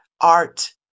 art